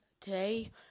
today